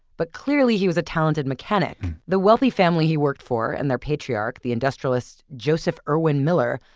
but clearly he was a talented mechanic. the wealthy family he worked for and their patriarch, the industrialist joseph irwin miller,